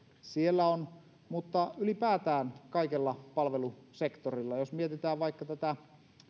siellä on mutta ylipäätään kaikella palvelusektorilla jos mietitään vaikka tätä